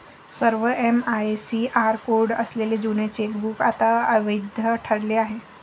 सर्व MICR code असलेले जुने चेकबुक आता अवैध ठरले आहे